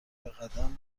بقدم